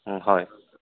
হয়